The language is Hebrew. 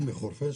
אני מחורפיש,